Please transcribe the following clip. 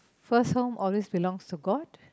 first home always belongs to god